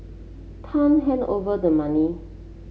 tan handed over the money